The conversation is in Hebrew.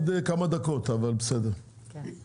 10:03.